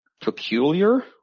peculiar